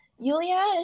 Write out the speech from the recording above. Yulia